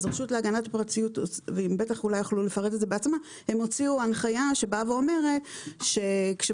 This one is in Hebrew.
אז רשות להגנת הפרטיות הוציאו הנחיה שאומרת שמידע,